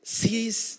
sees